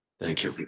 thank you,